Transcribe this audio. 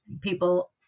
people